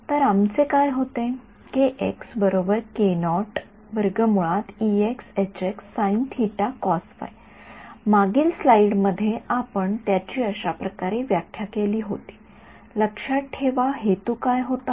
तर आमचे काय होते मागील स्लाइडमध्ये आपण त्याची अशा प्रकारे व्याख्या केली होती लक्षात ठेवा हेतू काय होता